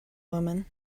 woman